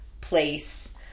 place